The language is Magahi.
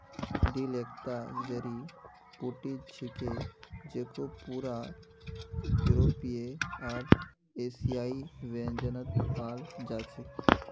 डिल एकता जड़ी बूटी छिके जेको पूरा यूरोपीय आर एशियाई व्यंजनत पाल जा छेक